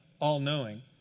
all-knowing